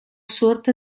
suerte